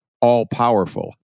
all-powerful